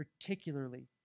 particularly